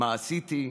מה עשיתי,